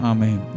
Amen